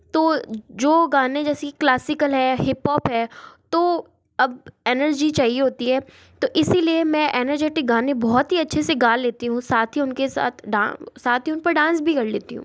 तो जो गाने जैसी क्लासिकल है हीपोप है तो अब एनर्जी चाहिए होती है तो इसी लिए मैं एनर्जेटिक गाने बहुत ही अच्छे से गा लेती हूँ साथ ही उनके साथ डां साथ ही उन पर डांस भी कर लेती हूँ